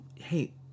hey